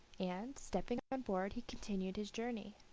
and, stepping on board, he continued his journey.